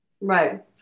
Right